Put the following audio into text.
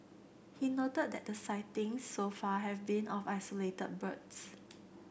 he noted that the sightings so far have been of isolated birds